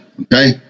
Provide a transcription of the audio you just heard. Okay